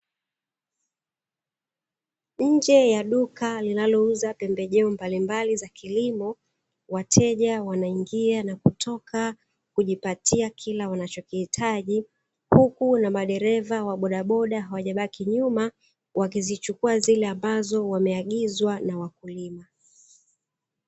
Nje ya duka linalouza pembejeo mbalimbali za kilimo, wateja wanaingia na kutoka kujipatia kila wanachokihitaji, huku na madereva wa bodaboda hawajabaki nyuma wakizichukua zile ambazo wameagizwa na wakulima.